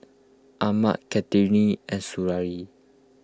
Ahmad Kartini and Suriani